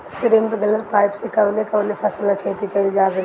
Sprinkler pipe से कवने कवने फसल क खेती कइल जा सकेला?